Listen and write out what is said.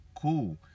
cool